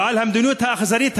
המדיניות האכזרית,